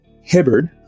Hibbard